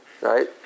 right